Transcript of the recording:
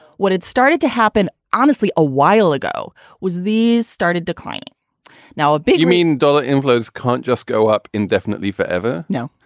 what it started to happen honestly a while ago was these started declining now, a bigger mean dollar inflows can't just go up indefinitely. forever no,